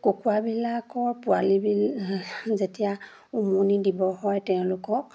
কুকুৰাবিলাকৰ পোৱালিবিল যেতিয়া উমনি দিব হয় তেওঁলোকক